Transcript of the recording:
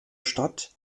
statt